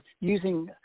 using